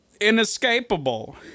inescapable